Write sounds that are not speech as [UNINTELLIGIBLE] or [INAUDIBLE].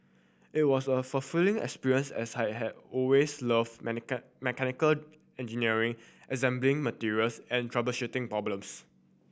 it was a fulfilling experience as I had always loved [UNINTELLIGIBLE] mechanical engineering assembling materials and troubleshooting problems